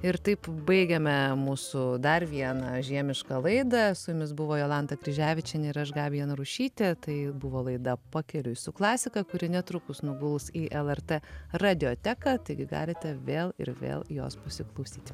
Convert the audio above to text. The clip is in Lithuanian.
ir taip baigiame mūsų dar vieną žiemišką laidą su jumis buvo jolanta kryževičienė ir aš gabija narušytė tai buvo laida pakeliui su klasika kuri netrukus nuguls į lrt radioteką taigi galite vėl ir vėl jos pasiklausyt